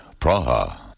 Praha